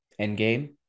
endgame